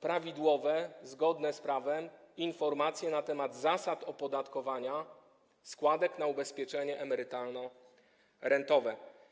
prawidłowe, zgodne z prawem informacje na temat zasad opodatkowania składek na ubezpieczenie emerytalno-rentowe.